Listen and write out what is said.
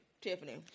Tiffany